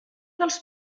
dels